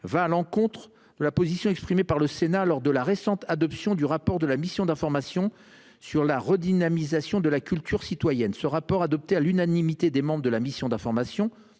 va à l'encontre de la position exprimée par le Sénat, lors de la récente adoption du rapport de la mission d'information sur la redynamisation de la culture citoyenne. Ce rapport, adopté à l'unanimité des membres de la mission d'information